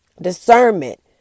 discernment